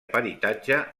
peritatge